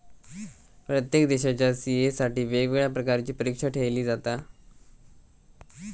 प्रत्येक देशाच्या सी.ए साठी वेगवेगळ्या प्रकारची परीक्षा ठेयली जाता